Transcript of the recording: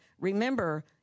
remember